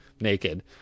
naked